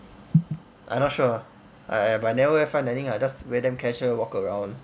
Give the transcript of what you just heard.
I not sure I but I never wear fine dining ah I just wear damn casual walk around